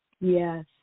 Yes